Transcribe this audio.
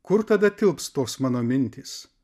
kur tada tilps toks mano mintys